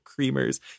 creamers